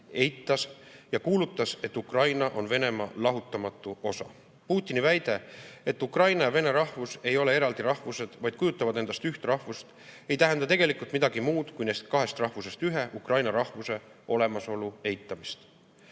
ja kuulutas, et Ukraina on Venemaa lahutamatu osa. Putini väide, et ukraina ja vene rahvus ei ole eraldi rahvused, vaid kujutavad endast üht rahvust, ei tähenda tegelikult midagi muud, kui neist kahest rahvusest ühe – ukraina rahvuse – olemasolu eitamist. Vene